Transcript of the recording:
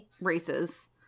races